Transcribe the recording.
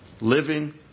Living